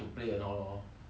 mm